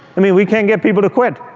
i mean, we can't get people to quit.